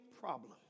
problem